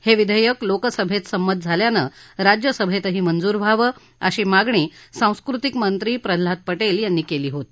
हे विधेयक लोकसभेत संमत झाल्यानं राज्यसभेतही मंजूर व्हावं अशी मागणी सांस्कृतिक मंत्री प्रल्हाद जोशी पटेल यांनी केली होती